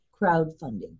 crowdfunding